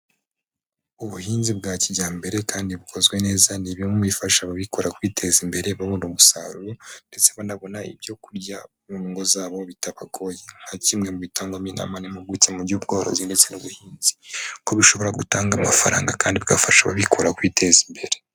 Ubuhinzi bwa kijyambere kandi bukozwe neza ni bimwe bifasha ababikora kwiteza imbere babona umusaruro ndetse banabona ibyo kurya mu ngo zabo bitabagoye nka kimwe mu bitangamo inama n'impuguke mu by'ubworozi ndetse n'ubuhinzi ko bishobora gutanga amafaranga kandi bigafasha ababikora kwiteza imbere.